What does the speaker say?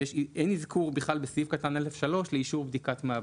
אין בכלל אזכור בסעיף קטן (א3) לאישור בדיקת מעבדה.